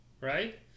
right